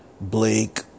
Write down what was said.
Blake